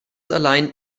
allein